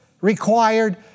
required